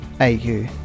AU